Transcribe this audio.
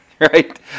Right